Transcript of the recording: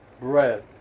bread